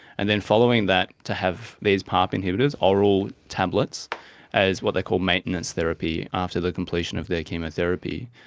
and then following that to have these parp inhibitors, oral tablets as what they call maintenance therapy after the completion of their chemotherapy.